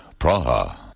Praha